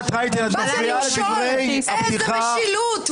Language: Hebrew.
איזו משילות.